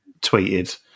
tweeted